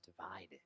divided